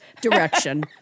direction